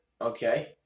okay